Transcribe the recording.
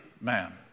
man